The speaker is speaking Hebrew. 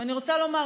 ואני רוצה לומר,